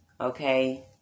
Okay